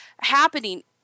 happening